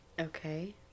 Okay